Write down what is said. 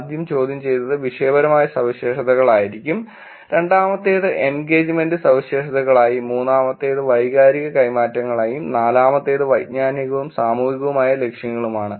ആദ്യ ചോദ്യം ആരംഭിച്ചത് വിഷയപരമായ സവിശേഷതകളായിരിക്കും രണ്ടാമത്തേത് എൻഗേജ്മെന്റ് സവിശേഷതകളായും മൂന്നാമത്തേത് വൈകാരിക കൈമാറ്റങ്ങളായും നാലാമത്തേത് വൈജ്ഞാനികവും സാമൂഹികവുമായ ലക്ഷ്യങ്ങളുമാണ്